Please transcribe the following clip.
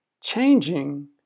changing